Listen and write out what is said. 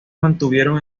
mantuvieron